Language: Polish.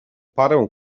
parę